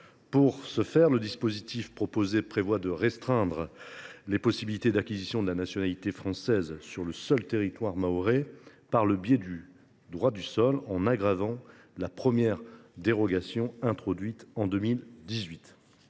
publics. Le dispositif proposé prévoit à cette fin de restreindre les possibilités d’acquisition de la nationalité française, sur le seul territoire mahorais, par le biais du droit du sol, en aggravant la première dérogation introduite en 2018.